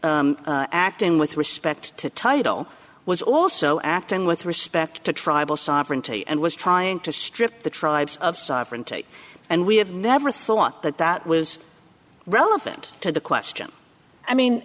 acting with respect to title was also acting with respect to tribal sovereignty and was trying to strip the tribes of sovereignty and we have never thought that that was relevant to the question i mean